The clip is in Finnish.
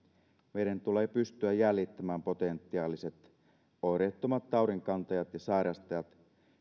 meidän tulee pystyä jäljittämään potentiaaliset oireettomat taudinkantajat ja sairastajat